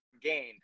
gain